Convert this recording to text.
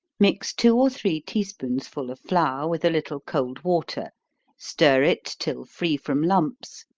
mix two or three tea spoonsful of flour with a little cold water stir it till free from lumps,